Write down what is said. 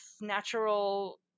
natural